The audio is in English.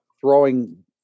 throwing